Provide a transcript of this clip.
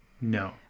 No